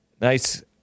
Nice